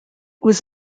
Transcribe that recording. was